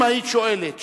אם היית שואלת שאלה: